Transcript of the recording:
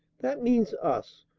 that means us,